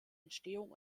entstehung